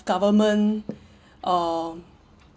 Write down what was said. government um